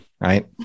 right